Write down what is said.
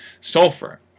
sulfur